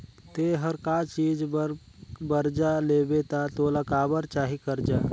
ते हर का चीच बर बरजा लेबे गा तोला काबर चाही करजा